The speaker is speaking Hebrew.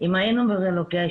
אם היינו ברילוקיישן,